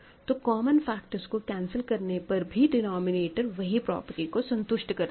तो common factors को cancel करने पर भी डिनोमिनेटर वही प्रॉपर्टी को संतुष्ट करता है